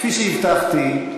כפי שהבטחתי,